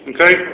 Okay